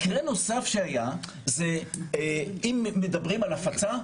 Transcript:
מקרה נוסף שהיה, אם מדברים על הפצה,